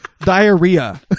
diarrhea